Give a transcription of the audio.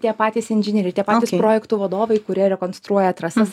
tie patys inžinieriai tie patys projektų vadovai kurie rekonstruoja trasas